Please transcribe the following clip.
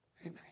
Amen